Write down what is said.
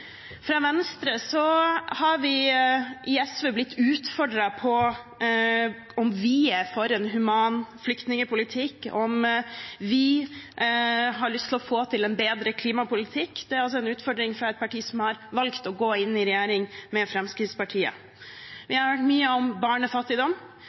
Fra Venstre har vi i SV blitt utfordret på om vi er for en human flyktningpolitikk og om vi har lyst til å få til en bedre klimapolitikk. Det er altså en utfordring fra et parti som har valgt å gå inn i regjering med Fremskrittspartiet.